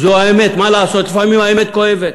זו האמת, מה לעשות, לפעמים האמת כואבת.